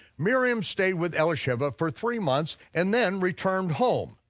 miriam stayed with elisheva for three months and then returned home,